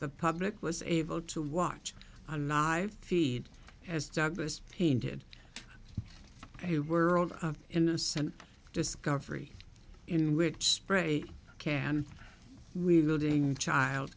the public was able to watch a life feed as douglas painted a world of innocent discovery in which spray can wielding child